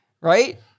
right